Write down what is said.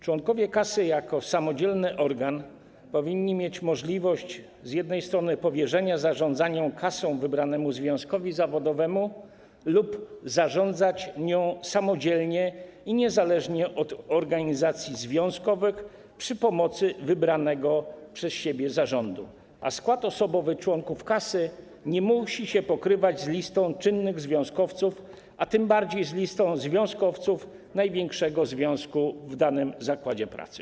Członkowie kasy jako samodzielny organ powinni mieć możliwość z jednej strony powierzenia zarządzania kasą wybranemu związkowi zawodowemu lub zarządzać nią samodzielnie i niezależnie od organizacji związkowych przy pomocy wybranego przez siebie zarządu, a skład osobowy członków kasy nie musi się pokrywać ze składem przedstawionym na liście czynnych związkowców, a tym bardziej na liście związkowców największego związku w danym zakładzie pracy.